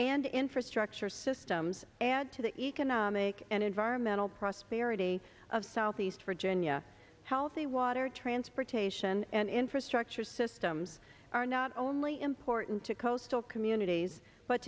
and infrastructure systems added to the economic and environmental prosperity of southeast virginia healthy water transportation and infrastructure systems are not only important to coastal communities but